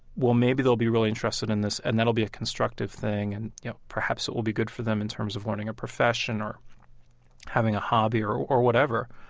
well, maybe they'll be really interested in this, and that will be a constructive thing and, you know, perhaps it will be good for them in terms of learning a profession or having a hobby or or whatever.